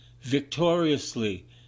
victoriously